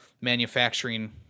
manufacturing